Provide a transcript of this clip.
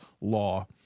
law